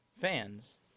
fans